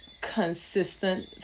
consistent